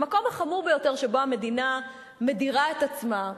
המקום החמור ביותר שבו המדינה מדירה את עצמה,